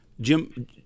Jim